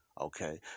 Okay